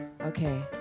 Okay